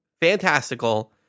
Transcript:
fantastical